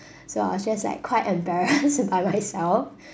so I was just like quite embarrassed about myself